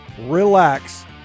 relax